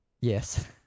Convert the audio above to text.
Yes